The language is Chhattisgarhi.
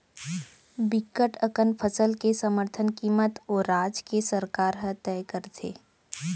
बिकट अकन फसल के समरथन कीमत ओ राज के सरकार ह तय करथे